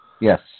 Yes